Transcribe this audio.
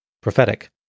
Prophetic